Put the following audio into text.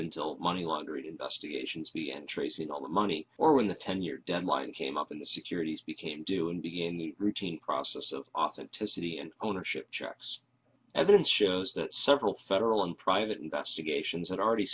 until money laundering investigations the entries in all the money or when the ten year deadline came up in the securities became due and began the routine process of authenticity and ownership checks evidence shows that several federal and private investigations that are already